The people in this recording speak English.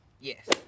Yes